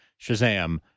Shazam